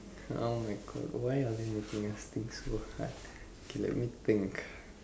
oh my god why are they making us think so hard okay let me think